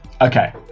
Okay